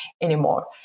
anymore